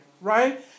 right